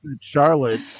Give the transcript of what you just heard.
Charlotte